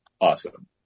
awesome